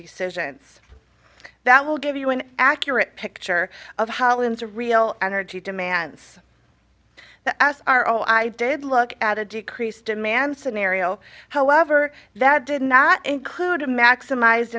decisions that will give you an accurate picture of how in the real energy demands the us are i did look at a decrease demand scenario however that did not include to maximize